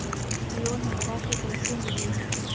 Loan हमरा के कईसे मिली?